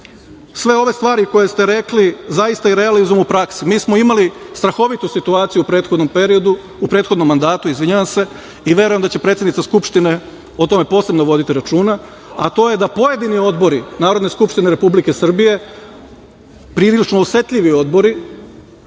sve ove stvari koje ste rekli zaista i realizujemo u praksi. Mi smo imali strahovitu situaciju u prethodnom periodu, prethodnom mandatu, izvinjavam se, i verujem da će predsednica Skupštine o tome posebno voditi računa, a to je da pojedini odbori Narodne skupštine Republike Srbije, prilično osetljivi odbori,